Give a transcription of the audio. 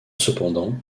cependant